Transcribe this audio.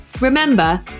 Remember